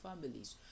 families